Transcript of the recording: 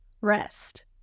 rest